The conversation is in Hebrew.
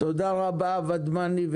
תודה רבה ודמני.